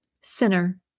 Sinner